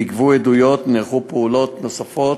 נגבו עדויות, נערכו פעולות נוספות,